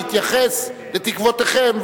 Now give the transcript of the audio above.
להתייחס לתקוותיכם,